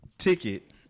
Ticket